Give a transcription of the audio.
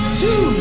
two